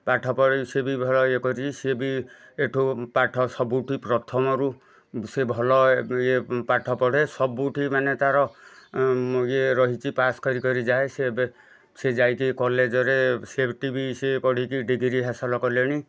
ପାଠ ପଢ଼ି ସିଏ ବି ଭଲ ଇଏ କରିଛି ସିଏ ବି ଏଠୁ ପାଠ ସବୁଠି ପ୍ରଥମରୁ ସିଏ ଭଲ ଇଏ ପାଠ ପଢ଼େ ସବୁଠି ମାନେ ତା'ର ଇଏ ରହିଛି ପାସ୍ କରି କରି ଯାଏ ସେ ଏବେ ସେ ଯାଇକି କଲେଜ୍ରେ ସେଠିବି ସେ ପଢ଼ିକି ସେ ଡିଗ୍ରୀ ହାସଲ କଲେଣି